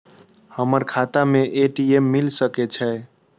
हमर खाता में ए.टी.एम मिल सके छै?